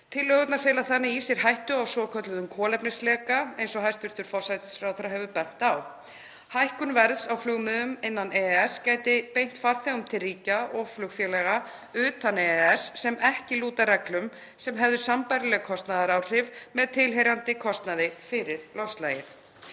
Tillögurnar fela þannig í sér hættu á svokölluðum kolefnisleka eins og hæstv. forsætisráðherra hefur bent á. Hækkun verðs á flugmiðum innan EES gæti beint farþegum til ríkja og flugfélaga utan EES sem ekki lúta reglum sem hefðu sambærileg kostnaðaráhrif með tilheyrandi kostnaði fyrir loftslagið.